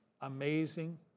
amazing